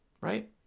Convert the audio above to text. right